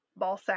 Ballsack